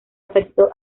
afectó